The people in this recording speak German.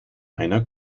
einer